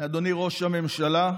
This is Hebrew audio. לאדוני ראש הממשלה,